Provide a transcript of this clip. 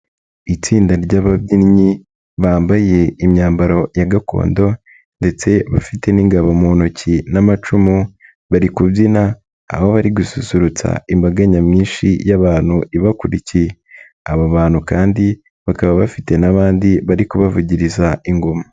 Itsinda ry'ababyinnyi bambaye imyambaro ya gakondo ndetse bafite n'ingabo mu ntoki n'amacumu bari kubyina, aho bari gususurutsa imbaga nyamwinshi y'abantu ibakurikiye, aba bantu kandi bakaba bafite n'abandi bari kubavugiriza ingoma.